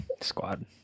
Squad